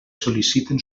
sol·liciten